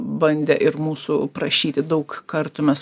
bandė ir mūsų prašyti daug kartų mes